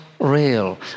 real